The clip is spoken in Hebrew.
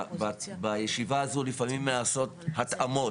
בישיבה הזאת לפעמים נעשות התאמות,